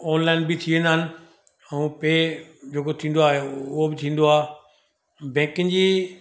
online बि थी वेंदा आहिनि ऐं पे जेको थींदो आहे उहो बि थींदो आहे बेंकिनि जी